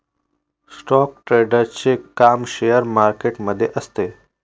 stock ट्रेडरचे काम share market मध्ये असते